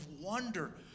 wonder